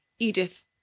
Edith